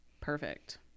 perfect